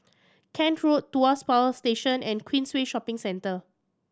Kent Road Tuas Power Station and Queensway Shopping Centre